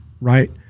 Right